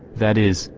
that is,